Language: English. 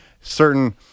certain